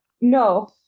no